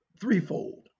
threefold